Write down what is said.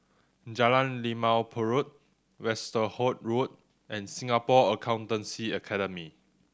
Jalan Limau Purut Westerhout Road and Singapore Accountancy Academy